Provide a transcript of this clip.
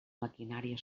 maquinària